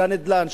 של הנדל"ן,